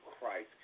Christ